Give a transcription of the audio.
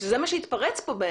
ובעיניי זה מה שהתפרץ פה.